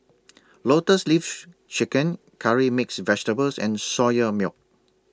Lotus Leaf Chicken Curry Mixed Vegetables and Soya Milk